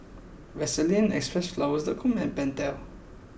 Vaseline Xpressflower dot com and Pentel